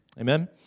Amen